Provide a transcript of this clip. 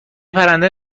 پرنده